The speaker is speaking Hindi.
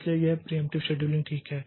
इसलिए यह प्रियेंप्टिव शेड्यूलिंग ठीक है